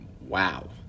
Wow